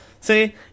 See